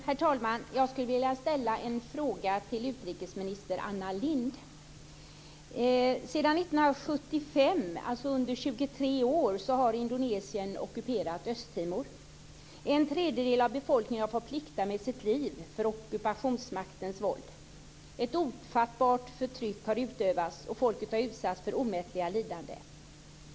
Herr talman! Jag skulle vilja ställa en fråga till utrikesminister Anna Lindh. Sedan 1975, alltså under 23 år, har Indonesien ockuperat Östtimor. En tredjedel av befolkningen har fått plikta med sitt liv på grund av ockupationsmaktens våld. Ett ofattbart förtryck har utövats, och folket har utsatts för ett omätligt lidande.